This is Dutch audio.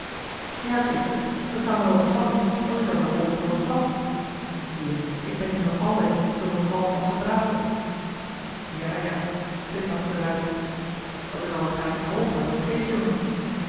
schipper dat zou me wel bevallen als ik dan maar vol matroos was zie-je ik ben hier nog altijd zoowat halfwassen brasem ja ja glimlachte de ruijter dat is al een graadje hooger dan